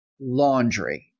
laundry